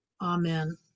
Amen